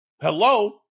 Hello